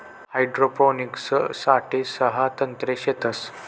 hydroponics साठे सहा तंत्रे शेतस